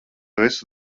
visu